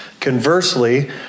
Conversely